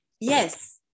yes